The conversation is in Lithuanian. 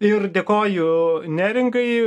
ir dėkoju neringai